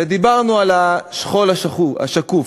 ודיברנו על "השכול השקוף".